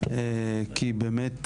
כי את באמת